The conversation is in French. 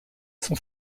son